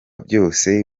byose